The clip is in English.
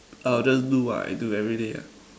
I'll just do what I do every day ah